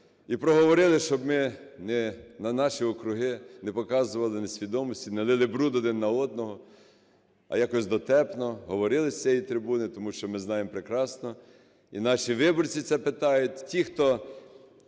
і проговорили, щоб ми на наші округи не показували несвідомості, не лили бруду один на одного, а якось дотепно говорили з цієї трибуни. Тому що ми знаємо прекрасно, і наші виборці це питають, ті, хто